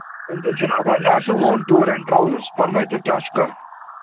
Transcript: ؤنۍ تو جِناب حظ یہِ حظ چھُ لون ٹوٗر اینٛڈ ٹرٛاوٕلٕز فرمٲوتو کیٛاہ چھُ کَرُن